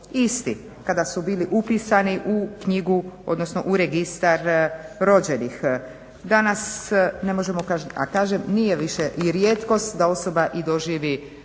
isti. Kada su bili upisani u knjigu, odnosno u registar rođenih. Danas ne možemo, a kažem nije više i rijetkost da osoba i doživi